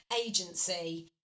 agency